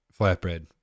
flatbread